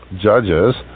judges